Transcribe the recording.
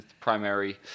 primary